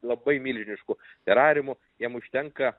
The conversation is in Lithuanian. labai milžiniškų terariumų jiem užtenka